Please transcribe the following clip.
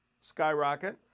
skyrocket